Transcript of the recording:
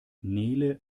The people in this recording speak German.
nele